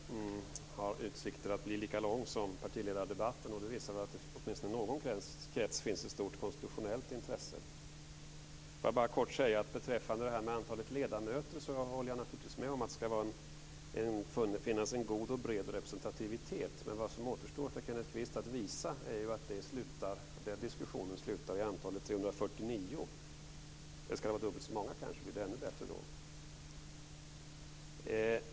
Fru talman! Jag tror att denna debatt har utsikter att bli lika lång som partiledardebatten. Det visar väl att det åtminstone i någon krets finns ett stort konstitutionellt intresse. Jag vill bara kort säga att beträffande antalet ledamöter håller jag naturligtvis med om att det ska finnas en god och bred representativitet. Vad som återstår för Kenneth Kvist att visa är att den diskussionen slutar i antalet 349. Eller ska det vara dubbelt så många, kanske? Blir det ännu bättre då?